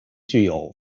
具有